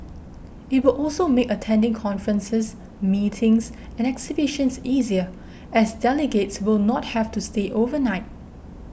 it will also make attending conferences meetings and exhibitions easier as delegates will not have to stay overnight